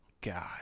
God